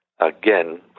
Again